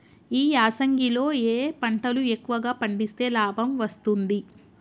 ఈ యాసంగి లో ఏ పంటలు ఎక్కువగా పండిస్తే లాభం వస్తుంది?